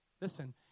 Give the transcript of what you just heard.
listen